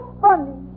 funny